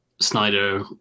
Snyder